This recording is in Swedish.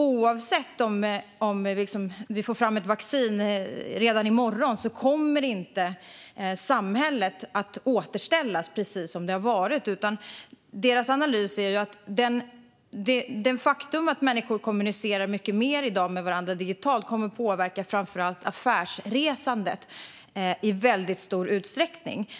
Oavsett om vi får fram ett vaccin redan i morgon kommer inte samhället att återställas precis till det som har varit, utan analysen är att det faktum att människor i dag kommunicerar mycket mer digitalt med varandra kommer att påverka framför allt affärsresandet i väldigt stor utsträckning.